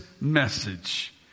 message